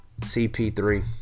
CP3